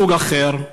מסוג אחר.